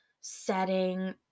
setting